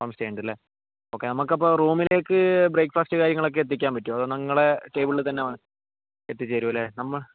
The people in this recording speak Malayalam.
ഹോംസ്റ്റേ ഉണ്ടല്ലെ ഓക്കേ നമുക്ക് അപ്പോൾ റൂമിലേക്ക് ബ്രേക്ക്ഫാസ്റ്റ് കാര്യങ്ങളൊക്കെ എത്തിക്കാൻ പറ്റുമോ അതോ നിങ്ങളുടെ ടേബിളിൽ തന്നെ എത്തിച്ച് തരുമല്ലേ നമ്മൾ